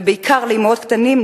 ובעיקר אמהות לילדים קטנים,